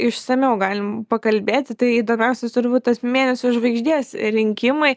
išsamiau galim pakalbėti tai įdomiausios turbūt tas mėnesio žvaigždės rinkimai